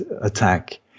attack